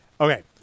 okay